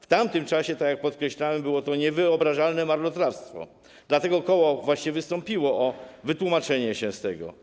W tamtym czasie, tak jak podkreślałem, było to niewyobrażalne marnotrawstwo, dlatego koło wystąpiło właśnie o wytłumaczenie się z tego.